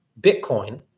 Bitcoin